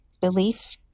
Belief